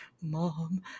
mom